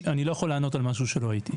אני לא יכול לענות על משהו שלא הייתי.